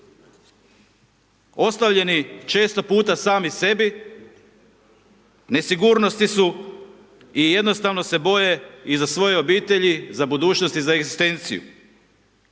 ostavljeni često puta sami sebi, nesigurnosti su i jednostavne se boje i za svoje obitelji, za budućnost i za egzistenciju.